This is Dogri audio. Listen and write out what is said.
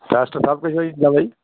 टैस्ट सबकिश होई जंदा भई